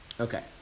Okay